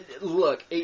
Look